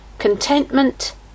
Contentment